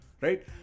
Right